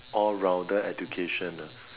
all rounder education ah